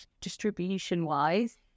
distribution-wise